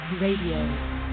Radio